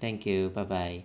thank you bye bye